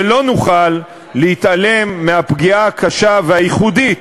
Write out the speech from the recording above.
ולא נוכל להתעלם מהפגיעה הקשה והייחודית